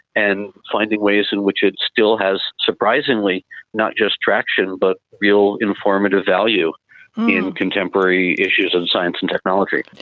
and finding ways in which it still has surprisingly not just traction but real informative value in contemporary issues in science and technology.